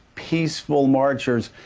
peaceful marchers,